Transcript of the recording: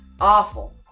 awful